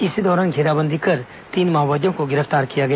इसी दौरान घेराबंदी कर तीन माओवादियों को गिरफ्तार किया गया